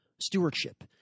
stewardship